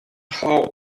how